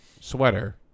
sweater